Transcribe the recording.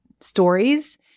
stories